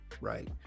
right